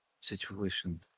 situation